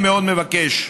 אני מאוד מבקש,